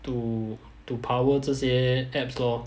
to to power 这些 apps lor